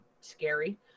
scary